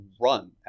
run